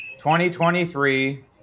2023